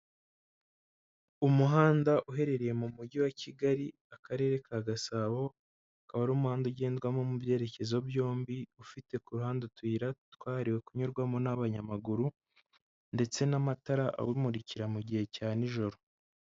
Umuhanda uherereye mu mujyi wa Kigali akarere ka Gasabo akaba ari umuhanda ugendwamo mu byerekezo byombi ufite ku ruhande utuyira twahaririwe kunyurwamo n'abanyamaguru ndetse n'amatara awumurikira mu gihe cya nijoro.